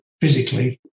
physically